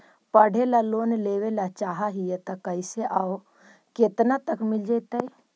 पढ़े ल लोन लेबे ल चाह ही त कैसे औ केतना तक मिल जितै?